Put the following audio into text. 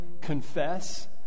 confess